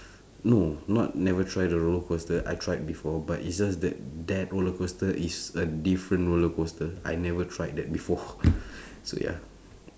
no not never try the roller coaster I tried before but it's just that that roller coaster is a different roller coaster I never tried that before so ya